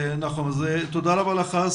תודה רבה לך.